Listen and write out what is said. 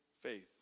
faith